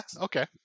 Okay